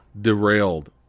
derailed